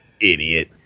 idiot